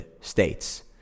states